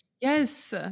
Yes